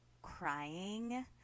crying